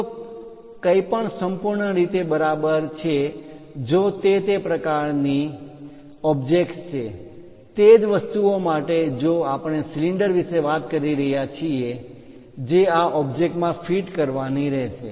ઉપરોક્ત કંઈપણ સંપૂર્ણ રીતે બરાબર છે જો તે તે પ્રકારની ઓબ્જેક્ટ્સ છે તે જ વસ્તુ માટે જો આપણે સિલિન્ડર વિશે વાત કરી રહ્યા છીએ જે આ ઓબ્જેક્ટ માં ફીટ કરવાની રહેશે